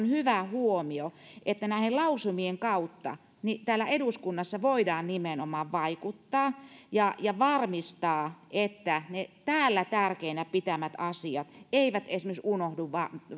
hyvä huomio että lausumien kautta täällä eduskunnassa voidaan nimenomaan vaikuttaa ja ja varmistaa että ne täällä tärkeinä pidetyt asiat eivät unohdu esimerkiksi